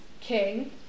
king